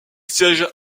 siège